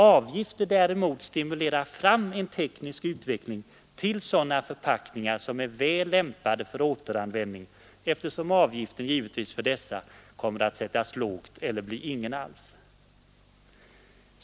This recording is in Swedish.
Avgifter däremot stimulerar fram en teknisk utveckling till sådana förpackningar som är väl lämpade för återanvändning, eftersom avgiften för dessa givetvis är låg eller ingen alls.